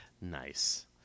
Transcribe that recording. Nice